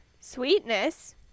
Sweetness